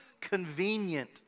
convenient